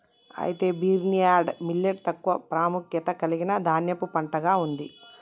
అయితే barnyard millet తక్కువ ప్రాముఖ్యత కలిగిన ధాన్యపు పంటగా ఉంది